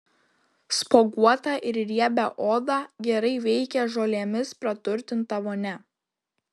spuoguotą ir riebią odą gerai veikia žolėmis praturtinta vonia